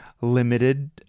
Limited